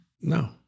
No